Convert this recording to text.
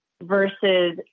versus